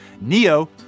Neo